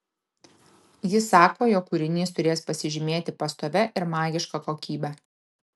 jis sako jog kūrinys turės pasižymėti pastovia ir magiška kokybe